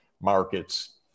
markets